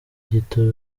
gito